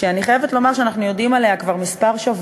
שאני חייבת לומר שאנחנו יודעים עליה כבר כמה שבועות,